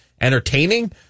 entertaining